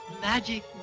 Magic